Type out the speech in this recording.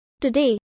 Today